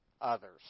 others